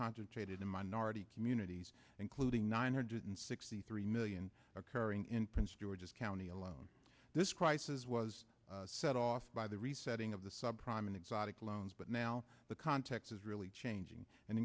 concentrated in minority communities including nine hundred sixty three million occurring in prince george's county alone this crisis was set off by the resetting of the subprime and exotic loans but now the context is really changing and